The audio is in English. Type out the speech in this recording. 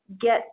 get